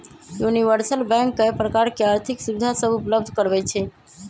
universal bank कय प्रकार के आर्थिक सुविधा सभ उपलब्ध करबइ छइ